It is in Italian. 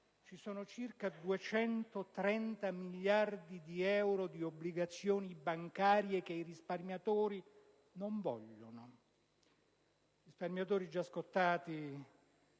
ci sono circa 230 miliardi di euro di obbligazioni bancarie che i risparmiatori non vogliono. I risparmiatori, già scottati